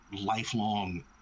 lifelong